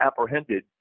apprehended